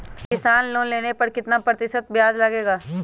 किसान लोन लेने पर कितना प्रतिशत ब्याज लगेगा?